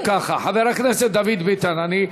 חבר הכנסת דוד ביטן, אי-אפשר יותר ככה.